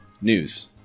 news